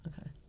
Okay